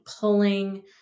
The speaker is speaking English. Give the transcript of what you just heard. pulling